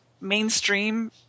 mainstream